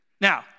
Now